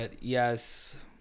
yes